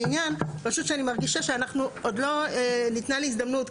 זה עניין פשוט שאני מרגישה שאנחנו עוד לא ניתנה לי הזדמנות.